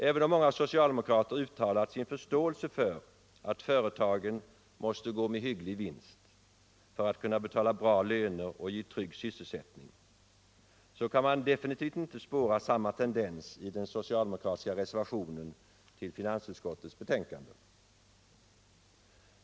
Även om många socialdemokrater uttalat sin förståelse för att företagen måste gå med hygglig vinst för att kunna betala bra löner och ge trygg sysselsättning, så kan man definitivt inte spåra samma tendens i den socialdemokratiska reservationen 1 till finansutskottets betänkande.